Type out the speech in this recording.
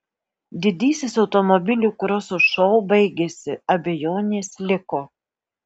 didysis automobilių kroso šou baigėsi abejonės liko